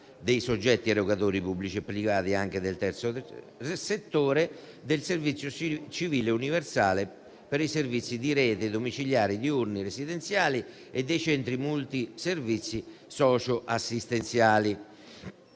dei soggetti erogatori pubblici e privati anche del terzo settore, del servizio civile universale per i servizi di rete domiciliari diurni residenziali e dei centri multiservizi socioassistenziali.